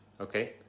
Okay